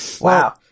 wow